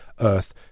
earth